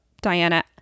Diana